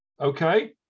Okay